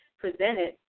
presented